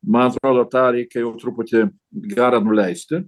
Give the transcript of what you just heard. man atrodo tą reikia jau truputį garą nuleisti